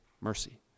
mercy